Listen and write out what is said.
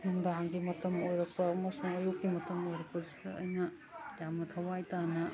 ꯅꯨꯡꯗꯥꯡꯒꯤ ꯃꯇꯝ ꯑꯣꯏꯔꯛꯄ ꯑꯃꯁꯨꯡ ꯑꯌꯨꯛꯀꯤ ꯃꯇꯝ ꯑꯣꯏꯔꯛꯄꯁꯤꯗ ꯑꯩꯅ ꯌꯥꯝꯅ ꯊꯋꯥꯏ ꯇꯥꯅ